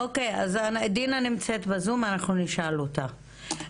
דינה נמצאת בזום, אנחנו נשאל אותה.